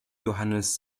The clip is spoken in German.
johannes